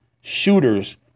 shooters